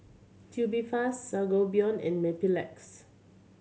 Tubifast Sangobion and Mepilex